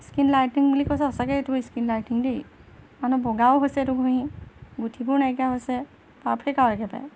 skin lighting বুলি কৈছে সঁচাকৈ এইটো স্কিন লাইটিং দেই মানুহ বগাও হৈছে এইটো ঘঁহি গুটিবোৰ নাইকিয়া হৈছে পাৰফেক্ট আৰু একেবাৰে